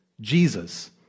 jesus